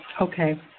Okay